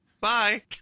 Bye